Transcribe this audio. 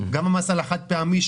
גם המס על כלים חד-פעמיים,